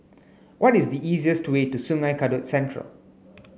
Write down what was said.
what is the easiest way to Sungei Kadut Central